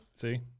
see